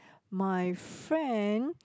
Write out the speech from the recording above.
my friend